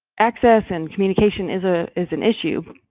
access and communication is ah is an issue